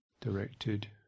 directed